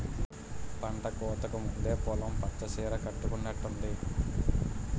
పంటకోతకు ముందు పొలం పచ్చ సీర కట్టుకునట్టుంది